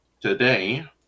today